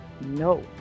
No